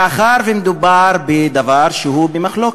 מאחר שמדובר בדבר שהוא במחלוקת,